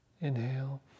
Inhale